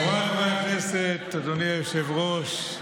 חבריי חברי הכנסת, אדוני היושב-ראש,